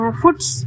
foods